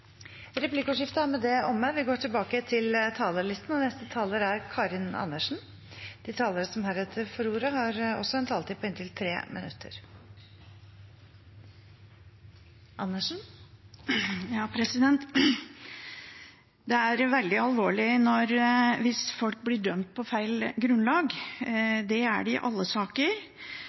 Replikkordskiftet er med det omme. De talere som heretter får ordet, har også en taletid på inntil 3 minutter. Det er veldig alvorlig hvis folk blir dømt på feil grunnlag. Det er det i alle saker,